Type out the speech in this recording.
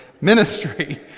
ministry